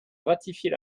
ratifier